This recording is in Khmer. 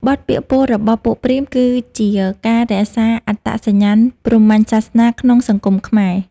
បទពាក្យពោលរបស់ពួកព្រាហ្មណ៍ គឺជាការរក្សាអត្តសញ្ញាណព្រហ្មញ្ញសាសនាក្នុងសង្គមខ្មែរ។